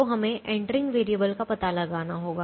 तो हमें entering variable का पता लगाना होगा